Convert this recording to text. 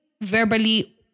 verbally